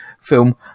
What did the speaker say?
film